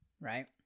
right